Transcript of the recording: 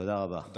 תודה רבה, אדוני.